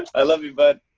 i love you, bud.